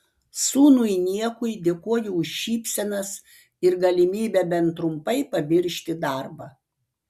sūnui niekui dėkoju už šypsenas ir galimybę bent trumpai pamiršti darbą